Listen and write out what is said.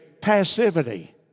passivity